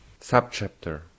Subchapter